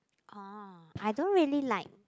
oh I don't really like